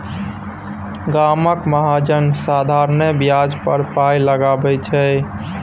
गामक महाजन साधारणे ब्याज पर पाय लगाबैत छै